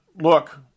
look